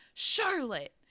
Charlotte